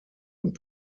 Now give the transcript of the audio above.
und